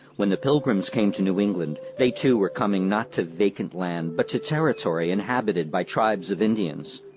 when the pilgrims came to new england they too were coming not to vacant land but to territory inhabited by tribes of indians.